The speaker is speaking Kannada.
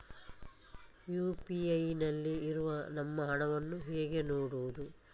ಯು.ಪಿ.ಐ ನಲ್ಲಿ ಇರುವ ನಮ್ಮ ಹಣವನ್ನು ಹೇಗೆ ನೋಡುವುದು?